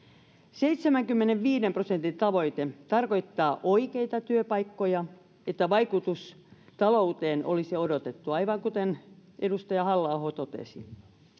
seitsemänkymmenenviiden prosentin tavoite tarkoittaa oikeita työpaikkoja että vaikutus talouteen olisi odotettua aivan kuten edustaja halla aho totesi